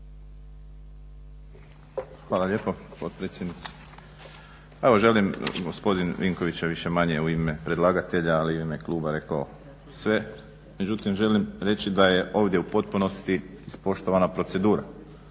Hvala lijepo potpredsjednice. Pa evo želim, gospodin Vinković je više-manje u ime predlagatelja ali i u ime kluba rekao sve, međutim želim reći da je ovdje u potpunosti ispoštovana procedura.